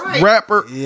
Rapper